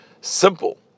simple